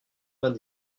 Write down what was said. vingt